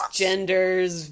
genders